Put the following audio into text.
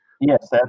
Yes